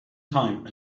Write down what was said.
time